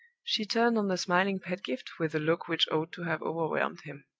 she turned on the smiling pedgift with a look which ought to have overwhelmed him.